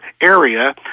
area